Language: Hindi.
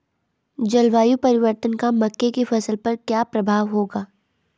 जलवायु परिवर्तन का मक्के की फसल पर क्या प्रभाव होगा?